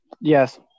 Yes